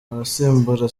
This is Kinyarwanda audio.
abasimbura